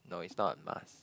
no it's not a must